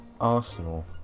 Arsenal